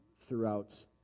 throughout